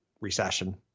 recession